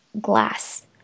glass